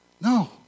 no